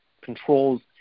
controls